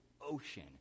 ocean